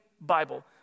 Bible